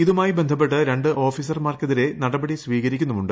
ഇതുമായി ബന്ധപ്പെട്ട് രണ്ട് ഓഫീസർമാർക്കെതിരെ നടപടി സ്വീകരുക്കുന്നുണ്ട്